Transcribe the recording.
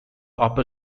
upper